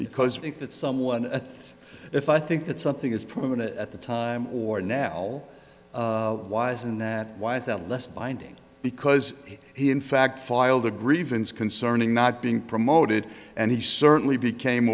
because i think that someone if i think that something is permanent at the time or now why isn't that why is that less binding because he in fact filed a grievance concerning not being promoted and he certainly became